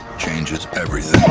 changes everything.